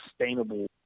sustainable